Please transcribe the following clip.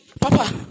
Papa